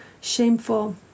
shameful